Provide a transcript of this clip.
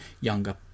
younger